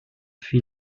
fui